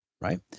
Right